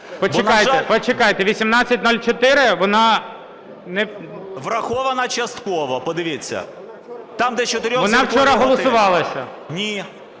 Вона вчора голосувалася.